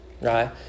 right